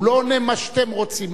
הוא לא עונה מה שאתם רוצים,